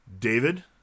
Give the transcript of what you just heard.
David